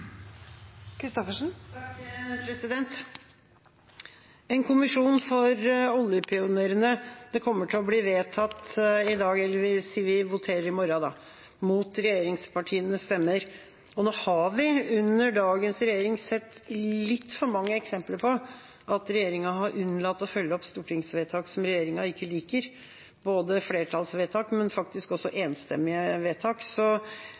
oljepionerene kommer til å bli vedtatt i dag – eller i morgen da, for vi voterer i morgen – mot regjeringspartienes stemmer. Nå har vi under dagens regjering sett litt for mange eksempler på at regjeringa har unnlatt å følge opp stortingsvedtak som regjeringa ikke liker. Det gjelder flertallsvedtak, men faktisk også enstemmige vedtak. Så